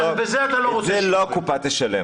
את זה לא הקופה תשלם.